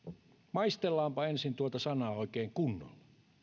maistellaanpa ensin tuota sanaa oikein kunnolla